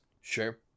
sure